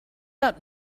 out